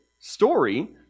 story